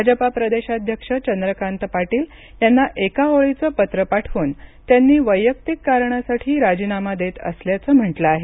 भाजपा प्रदेशाध्यक्ष चंद्रकांत पाटील यांना एका ओळीचे पत्र पाठवून त्यांनी वैयक्तिक कारणासाठी राजीनामा देत असल्याचं म्हटलं आहे